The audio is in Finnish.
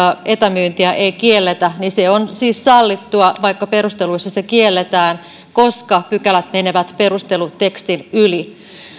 etämyyntiä ei kielletä niin se on siis sallittua vaikka perusteluissa se kielletään koska pykälät menevät perustelutekstin yli